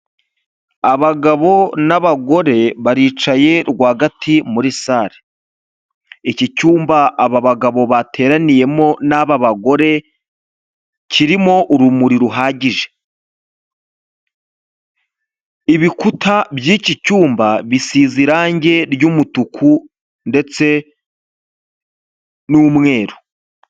Abagabo n'abagore baricaye rwagati muri sale, iki cyumba aba bagabo bateraniyemo n'aba bagore kirimo urumuri ruhagije, ibikuta by'iki cyumba bisize irangi ry'umutuku ndetse n'umweru.